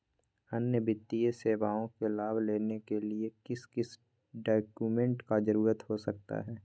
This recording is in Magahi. अन्य वित्तीय सेवाओं के लाभ लेने के लिए किस किस डॉक्यूमेंट का जरूरत हो सकता है?